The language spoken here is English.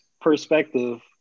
perspective